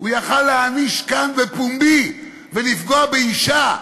הוא יכול להעניש כאן, בפומבי, ולפגוע באישה,